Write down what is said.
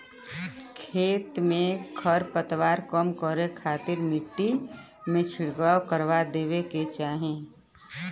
खेत से खरपतवार कम करे खातिर मट्टी में छिड़काव करवा देवे के चाही